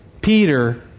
Peter